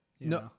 No